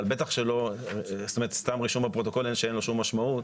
בטח שלא סתם רישום בפרוטוקול שאין לו כל משמעות,